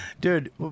Dude